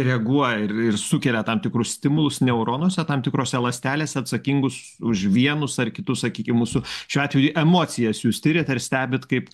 reaguoja ir ir sukelia tam tikrus stimulus neuronuose tam tikrose ląstelėse atsakingus už vienus ar kitus sakykim mūsų šiuo atveju emocijas jūs tiriate ir stebit kaip